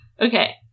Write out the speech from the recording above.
okay